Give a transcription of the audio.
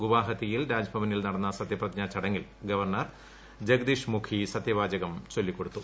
ഗുവാഹത്തിയിൽ രാജ്ഭവനിൽ നടന്ന സത്യപ്രതിജ്ഞാ ചടങ്ങിൽ ഗവർണർ ജഗ്ദീഷ് മുഖി സത്യവാചകം ചൊല്ലിക്കൊടുത്തു